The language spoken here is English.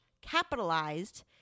capitalized